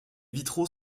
vitraux